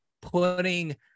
putting